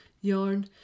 yarn